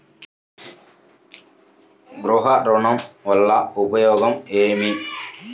గృహ ఋణం వల్ల ఉపయోగం ఏమి?